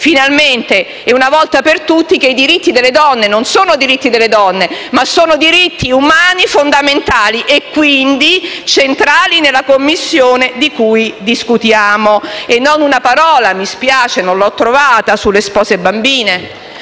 finalmente e, una volta per tutte, che i diritti delle donne non sono diritti delle donne, ma sono diritti umani fondamentali e, quindi, centrali nella Commissione di cui discutiamo. E non una parola - mi spiace, ma non l'ho trovata - sulle spose bambine